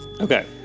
Okay